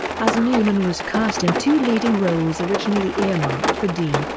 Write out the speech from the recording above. as newman was cast in two leading roles originally earmarked for dean,